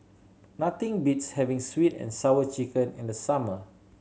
nothing beats having Sweet And Sour Chicken in the summer